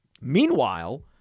Meanwhile